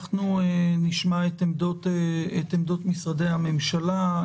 אנחנו נשמע את עמדות משרדי הממשלה.